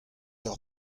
hor